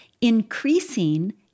increasing